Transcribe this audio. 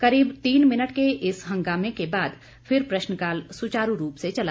करीब तीन मिनट के इस हंगामे के बाद फिर प्रश्नकाल सुचारू रूप से चला